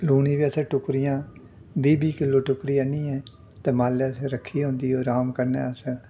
लून दी बी असें टुक्करियां बीह् बीह् किलो टुक्करी आह्न्नियै ते माल्लै आस्तै असें रक्खी दी होंदी ओह् अराम कन्नै असें